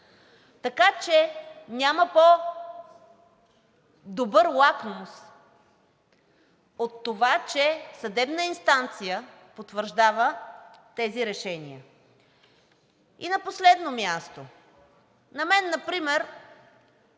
така че няма по-добър лакмус от това, че съдебна инстанция потвърждава тези решения. И на последно място, на мен например